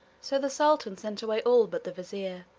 so the sultan sent away all but the vizier,